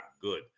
good